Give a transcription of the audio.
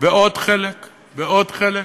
ועוד חלק ועוד חלק.